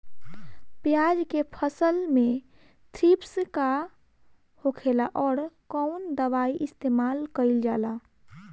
प्याज के फसल में थ्रिप्स का होखेला और कउन दवाई इस्तेमाल कईल जाला?